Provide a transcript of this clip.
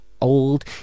old